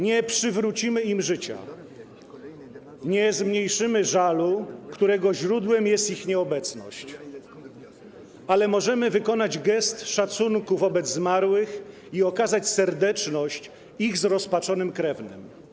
Nie przywrócimy im życia, nie zmniejszymy żalu, którego źródłem jest ich nieobecność, ale możemy wykonać gest szacunku wobec zmarłych i okazać serdeczność ich zrozpaczonym krewnym.